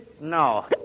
No